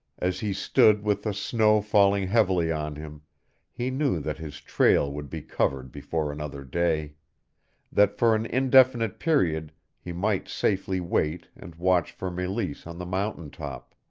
as he stood with the snow falling heavily on him he knew that his trail would be covered before another day that for an indefinite period he might safely wait and watch for meleese on the mountain top.